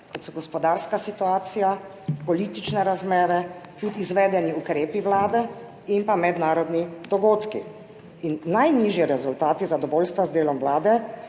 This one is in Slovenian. kot so gospodarska situacija, politične razmere, tudi izvedeni ukrepi vlade in pa mednarodni dogodki. in najnižji rezultati zadovoljstva z delom vlade